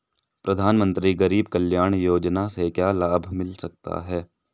प्रधानमंत्री गरीब कल्याण योजना से क्या लाभ मिल सकता है?